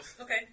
Okay